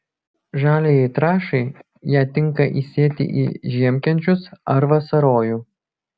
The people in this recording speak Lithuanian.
žaliajai trąšai ją tinka įsėti į žiemkenčius ar vasarojų